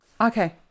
Okay